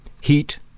heat